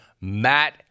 Matt